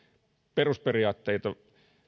perusperiaatteita